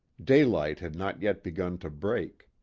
daylight had not yet begun to break.